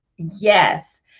Yes